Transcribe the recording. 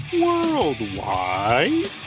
Worldwide